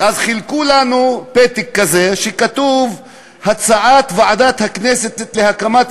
חילקו לנו פתק כזה שכתוב בו: "הצעת ועדת הכנסת להקמת